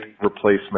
replacement